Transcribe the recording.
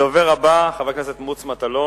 הדובר הבא, חבר הכנסת מוץ מטלון,